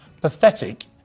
pathetic